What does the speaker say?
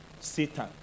Satan